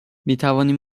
میتوانیم